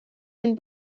been